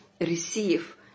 receive